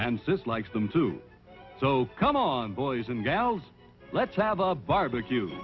sis likes them too so come on boys and gals let's have a barbecue